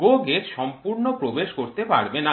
GO gauge সম্পূর্ণ প্রবেশ করতে পারবে না